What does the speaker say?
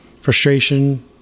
frustration